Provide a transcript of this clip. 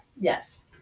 Yes